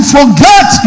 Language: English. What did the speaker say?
forget